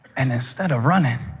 and instead of running,